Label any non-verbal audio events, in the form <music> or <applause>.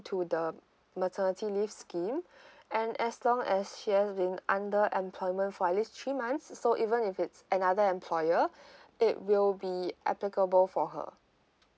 to the maternity leave scheme <breath> and as long as she has been under employment for at least three months so even if it's another employer <breath> it will be applicable for her